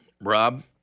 Rob